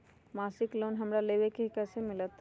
मासिक लोन हमरा लेवे के हई कैसे मिलत?